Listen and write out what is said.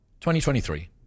2023